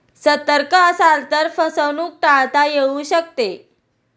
सतर्क असाल तर फसवणूक टाळता येऊ शकते